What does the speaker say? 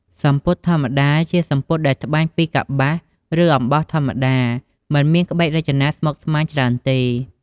សំពត់ធម្មតា ជាសំពត់ដែលត្បាញពីកប្បាស ឬអំបោះធម្មតា មិនមានក្បាច់រចនាស្មុគស្មាញច្រើនទេ។